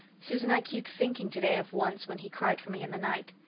susan, i keep thinking today of once when he cried for me in the night.